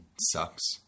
Sucks